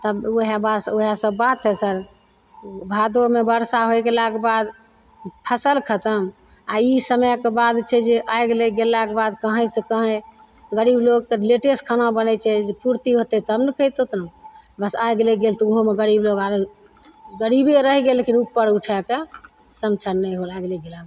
तब उएह उएह सब बात हइ सर भादोमे बरसा होइ गेलाके बाद फसल खतम आओर ई समयके बाद छै जे आगि लागि गेलाक बाद कहींयँ कहीं गरीब लोगके लेटेसँ खाना बनय छै पूर्ति होयतय तब ने बस आगि लागय तऽ ओहोमे गरीब लोग गरीबे रहि गेल लेकिन उपर उठयके नहि होल आगि लागि गेलाक बाद